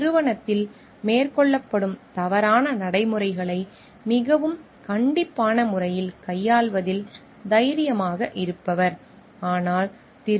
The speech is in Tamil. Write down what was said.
நிறுவனத்தில் மேற்கொள்ளப்படும் தவறான நடைமுறைகளை மிகவும் கண்டிப்பான முறையில் கையாள்வதில் தைரியமாக இருப்பவர் ஆனால் திரு